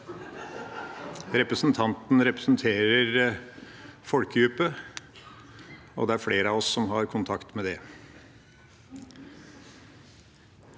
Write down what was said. Repre sentanten representerer en folkegruppe, og det er flere av oss som har kontakt med dem.